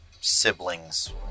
siblings